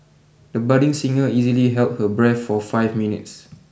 the budding singer easily held her breath for five minutes